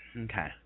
Okay